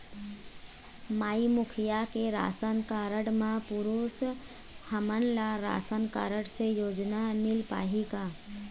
माई मुखिया के ration card म पुरुष हमन ला राशन कारड से योजना मिल पाही का?